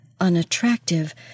unattractive